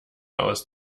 aus